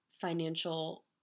financial